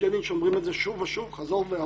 פסקי דין שאומרים את זה שוב ושוב, חזור ואמור,